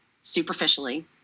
superficially